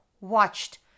watched